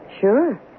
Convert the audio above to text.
Sure